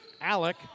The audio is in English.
Alec